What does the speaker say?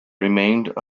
remained